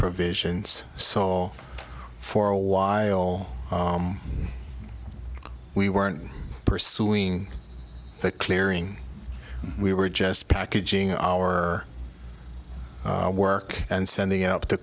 provisions so for a while we weren't pursuing the clearing we were just packaging our work and sending out t